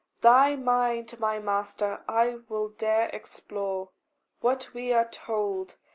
thy mind, my master, i will dare explore what we are told,